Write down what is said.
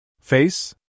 Face